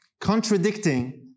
contradicting